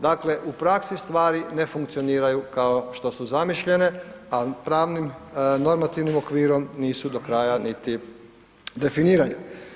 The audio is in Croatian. Dakle, u praksi stvari ne funkcioniraju kao što su zamišljene, a pravnim, normativnim okvirom nisu do kraja niti definirani.